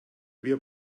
wir